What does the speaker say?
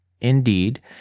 Indeed